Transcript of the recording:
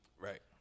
Right